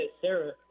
Sarah